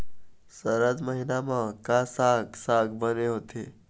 सरद महीना म का साक साग बने होथे?